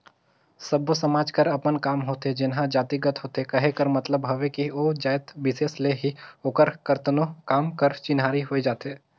सब्बो समाज कर अपन काम होथे जेनहा जातिगत होथे कहे कर मतलब हवे कि ओ जाएत बिसेस ले ही ओकर करतनो काम कर चिन्हारी होए जाथे